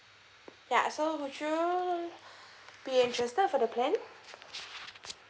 ya so would you be interested for the plan